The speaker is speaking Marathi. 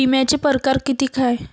बिम्याचे परकार कितीक हाय?